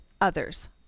others